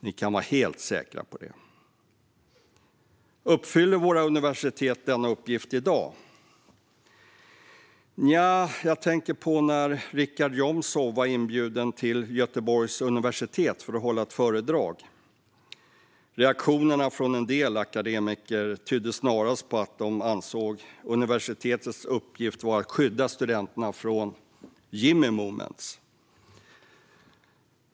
Ni kan vara helt säkra på det. Uppfyller våra universitet denna uppgift i dag? Nja, jag tänker på när Richard Jomshof var inbjuden till Göteborgs universitet för att hålla ett föredrag. Reaktionerna från en del akademiker tydde snarast på att de ansåg att universitetets uppgift var att skydda studenterna från "Jimmie moments".